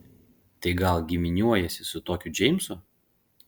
tai gal giminiuojiesi su tokiu džeimsu